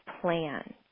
plan